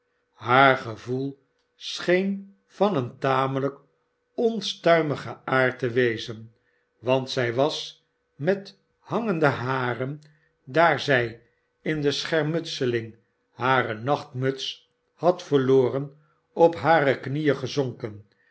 haar gevoel scheen van een tamelijk onstuimigen aard te wezen want zij was met hangende haren daar zij in de schermutseling hare nachtmuts had verloren op hare knieen gezonken